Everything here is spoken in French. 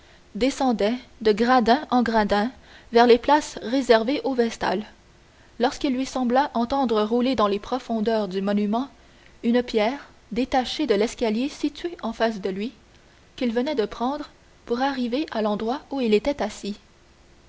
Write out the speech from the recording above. descendaient de gradin en gradin vers les places réservées aux vestales lorsqu'il lui sembla entendre rouler dans les profondeurs du monument une pierre détachée de l'escalier situé en face de celui qu'il venait de prendre pour arriver à l'endroit où il était assis